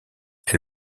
elle